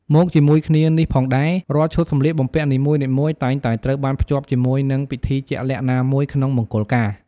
មកជាមួយគ្នានេះផងដែរ រាល់ឈុតសម្លៀកបំពាក់នីមួយៗ តែងតែត្រូវបានភ្ជាប់ជាមួយនឹង ពិធីជាក់លាក់ណាមួយ ក្នុងមង្គលការ។